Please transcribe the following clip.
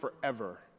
forever